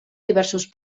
diversos